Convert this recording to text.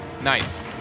Nice